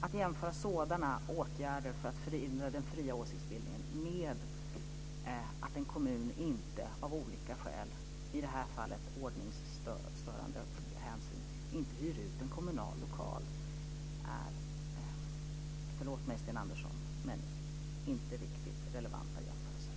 Att jämföra sådana åtgärder för att förhindra den fria åsiktsbildningen med att en kommun av olika skäl, i det här fallet ordningsstörande hänsyn, inte hyr ut en kommunal lokal är, förlåt mig, Sten Andersson, inte riktigt relevanta jämförelser.